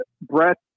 Brett